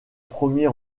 premier